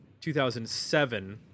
2007